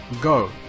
Go